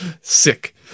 Sick